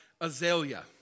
azalea